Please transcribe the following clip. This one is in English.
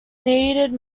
needed